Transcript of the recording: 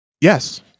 Yes